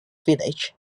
village